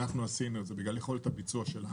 אנחנו עשינו את זה בגלל יכולת הביצוע שלנו.